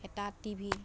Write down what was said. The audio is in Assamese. এটা টি ভি